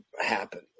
happen